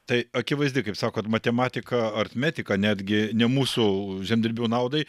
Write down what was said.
tai akivaizdi kaip sakot matematika aritmetika netgi ne mūsų žemdirbių naudai